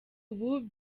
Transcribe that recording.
ubu